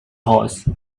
horse